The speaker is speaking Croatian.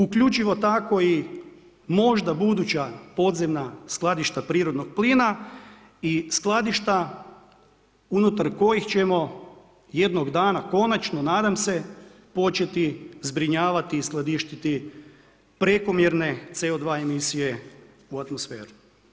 Uključivo tako možda i buduća podzemna skladišta prirodnog plina i skladišta unutar kojih ćemo jednog dana konačno nadam se, početi zbrinjavati i skladištiti prekomjerne CO2 emisije u atmosferu.